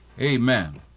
amen